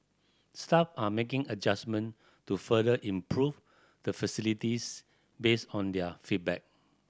staff are making adjustment to further improve the facilities based on their feedback